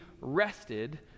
rested